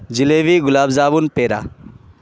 jalebi gulab jamun پیڑا